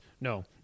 No